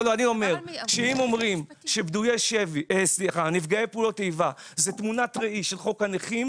אני אומר שאם אומרים שנפגעי פעולות איבה זה תמונת ראי של חוק הנכים